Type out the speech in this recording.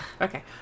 Okay